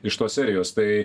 iš tos serijos tai